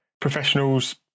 professionals